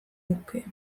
luke